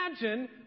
imagine